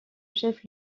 chef